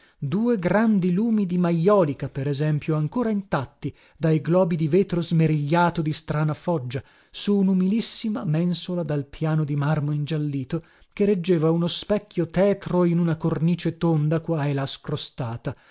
due grandi lumi di majolica per esempio ancora intatti dai globi di vetro smerigliato di strana foggia su unumilissima mensola dal piano di marmo ingiallito che reggeva uno specchio tetro in una cornice tonda qua e là scrostata